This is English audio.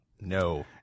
No